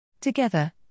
Together